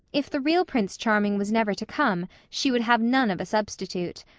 if the real prince charming was never to come she would have none of a substitute.